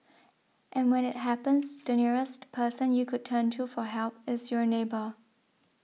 and when it happens the nearest person you could turn to for help is your neighbour